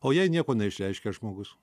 o jei nieko neišreiškia žmogus